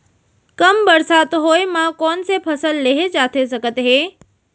कम बरसात होए मा कौन से फसल लेहे जाथे सकत हे?